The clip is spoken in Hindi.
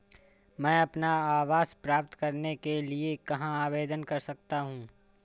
मैं अपना आवास प्राप्त करने के लिए कहाँ आवेदन कर सकता हूँ?